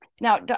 now